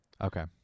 Okay